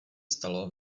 stalo